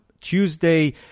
Tuesday